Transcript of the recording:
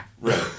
Right